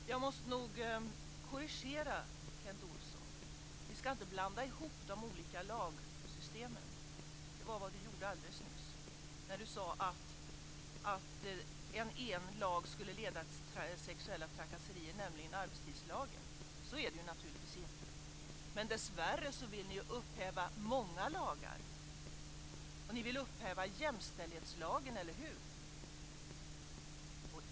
Herr talman! Jag måste nog korrigera Kent Olsson. Vi ska inte blanda ihop de olika lagsystemen. Det gjorde Kent Olsson alldeles nyss när han sade att arbetstidslagen skulle leda till sexuella trakasserier. Så är det naturligtvis inte. Men dessvärre vill ni upphäva många lagar. Och ni vill upphäva jämställdhetslagen, eller hur?